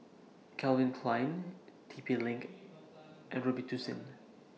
Calvin Klein T P LINK and Robitussin